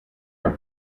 are